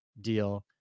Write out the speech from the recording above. deal